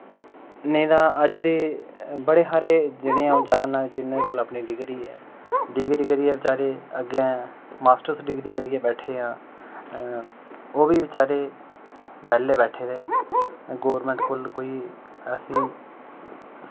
नेईं तां अज्ज दे बड़े हारे जिनेंगी अंऊ जानना कि जिन्ने कोल डिग्री ऐ डिग्री करियै बेचारे अग्गें मास्टर्स डिग्री करियै बैठे दे आं ओह्बी बेचारे बेह्ले बैठे दे गौरमैंट कोल कोई ऐसी